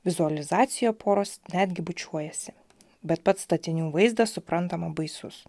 vizualizacija poros netgi bučiuojasi bet pats statinių vaizdas suprantama baisus